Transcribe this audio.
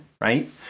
right